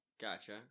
gotcha